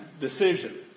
decision